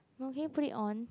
no can you put it on